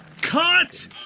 Cut